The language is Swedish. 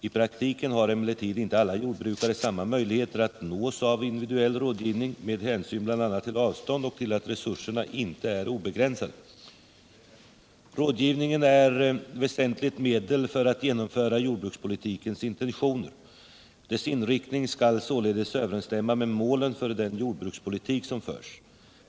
I praktiken har emellertid inte alla jordbrukare samma möjligheter att nås av individuell rådgivning med hänsyn bl.a. till avstånd och till att resurserna inte är obegränsade. Rådgivningen är ett väsentligt medel för att genomföra jordbrukspolitikens intentioner. Dess inriktning skall således överensstämma med målen för den jordbrukspolitik som förs.